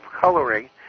coloring